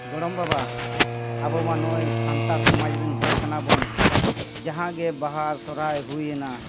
ᱜᱚᱲᱚᱢ ᱵᱟᱵᱟ ᱟᱵᱚ ᱢᱟ ᱱᱚᱜᱼᱚᱭ ᱥᱟᱱᱛᱟᱲ ᱥᱚᱢᱟᱡᱽ ᱨᱮᱱ ᱦᱚᱲ ᱠᱟᱱᱟᱵᱚᱱ ᱡᱟᱦᱟᱸ ᱜᱮ ᱵᱟᱦᱟ ᱥᱚᱦᱨᱟᱭ ᱦᱩᱭᱮᱱᱟ